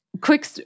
quick